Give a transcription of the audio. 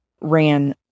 ran